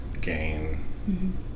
gain